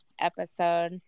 episode